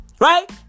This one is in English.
right